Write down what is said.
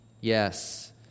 Yes